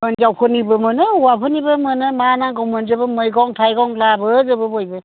हिन्जावफोरनिबो मोनो हौवाफोरनिबो मोनो मा नांगौ मोनजोबो मैगं थाइगं लाबो जोबो बयबो